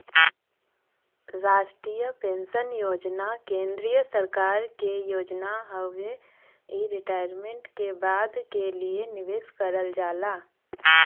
राष्ट्रीय पेंशन योजना केंद्रीय सरकार क योजना हउवे इ रिटायरमेंट के बाद क लिए निवेश करल जाला